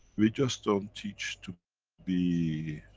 we just don't teach to be.